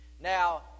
Now